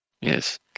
Yes